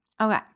Okay